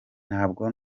ntabwo